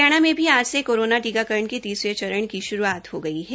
हरियाणा में भी आज से कोरोना टीकाकरण के तीसरे चरण की श्रूआत हो गई है